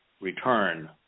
return